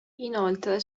inoltre